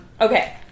Okay